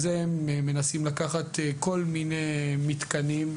הם מנסים לקחת כל מיני מתקנים.